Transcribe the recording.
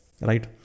right